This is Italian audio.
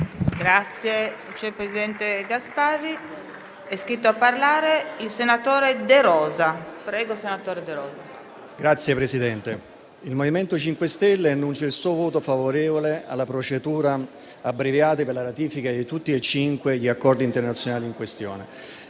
Presidente, il MoVimento 5 Stelle annuncia il suo voto favorevole alla procedura abbreviata per la ratifica di tutti e cinque gli accordi internazionali in questione.